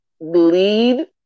lead